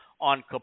on